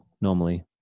normally